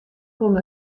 kon